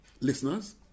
Listeners